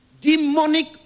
demonic